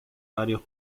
varios